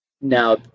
Now